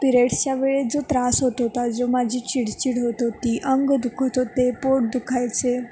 पिरेड्सच्या वेळी जो त्रास होत होता जो माझी चिडचिड होत होती अंग दुखत होते पोट दुखायचे